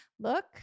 look